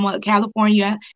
California